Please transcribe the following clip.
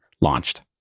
Launched